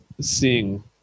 Seeing